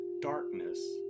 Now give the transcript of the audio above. darkness